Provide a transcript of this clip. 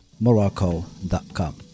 morocco.com